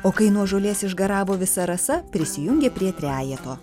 o kai nuo žolės išgaravo visa rasa prisijungė prie trejeto